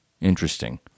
Interesting